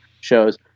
shows